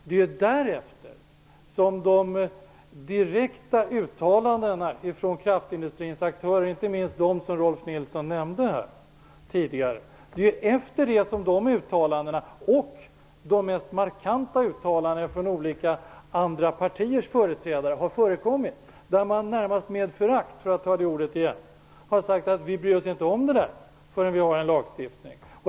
Det är därefter som de direkta uttalandena från kraftindustrins aktörer -- inte minst de som Rolf L Nilson nämnde tidigare -- och de mest markanta uttalandena från andra partiers företrädare har förekommit. Närmast med förakt har man sagt att man inte bryr sig om detta förrän det finns en lagstiftning.